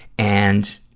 and,